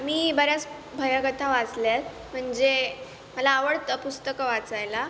मी बऱ्याच भयकथा वाचल्या आहेत म्हणजे मला आवडतं पुस्तकं वाचायला